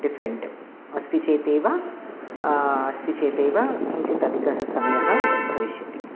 different अस्ति चेतेव अस्ति चेतेव किञ्चित् अधिकः समयः भविष्यति